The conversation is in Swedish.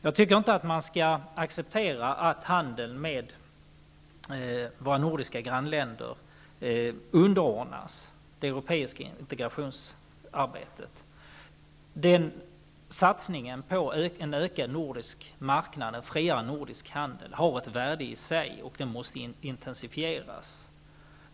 Jag tycker inte att man skall acceptera att handeln med våra nordiska grannländer underordnas det europeiska integrationsarbetet. Satsningen på en ökad nordisk marknad och en friare nordisk handel har ett värde i sig, och den måste intensifieras.